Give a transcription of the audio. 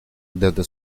desde